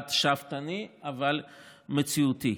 יעד שאפתני אבל מציאותי.